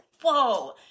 whoa